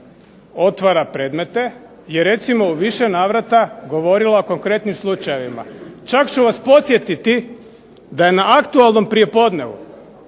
otvara predmete, je recimo u više navrata govorila o konkretnim slučajevima. Čak ću vas podsjetiti da je na aktualnom prijepodnevu,